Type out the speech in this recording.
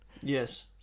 Yes